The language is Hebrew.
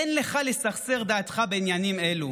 "אין לך לסכסך דעתך בעניינים אלו.